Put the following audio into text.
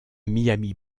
miami